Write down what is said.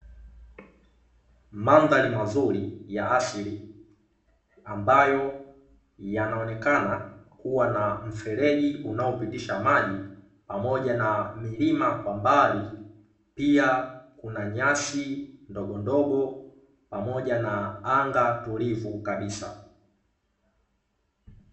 Mandhari mazuri ya asili, ambayo yanaonekana kuwa na mfereji unaopitisha maji, pamoja na milima kwa mbali. Pia kuna nyasi ndogondogo pamoja na anga tulivu kabisa.